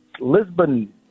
Lisbon